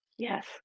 Yes